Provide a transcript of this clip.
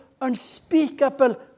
unspeakable